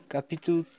Capítulo